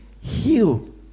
heal